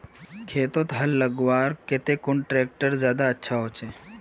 खेतोत हाल लगवार केते कुन ट्रैक्टर ज्यादा अच्छा होचए?